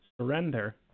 surrender